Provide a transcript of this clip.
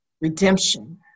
redemption